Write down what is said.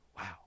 Wow